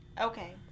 Okay